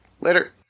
Later